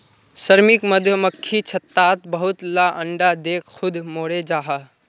श्रमिक मधुमक्खी छत्तात बहुत ला अंडा दें खुद मोरे जहा